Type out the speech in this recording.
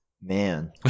Man